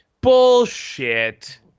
Bullshit